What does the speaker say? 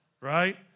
right